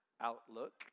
outlook